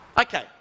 okay